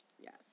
Yes